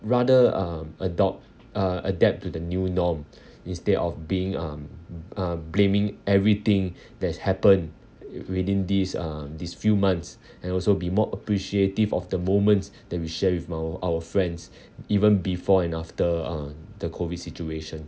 rather um adopt uh adapt to the new norm instead of being um um blaming everything that's happened within these uh these few months and also be more appreciative of the moments that we share with my our friends even before and after uh the COVID situation